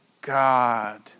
God